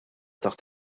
taħt